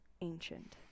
ancient